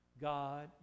God